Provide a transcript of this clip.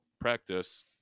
practice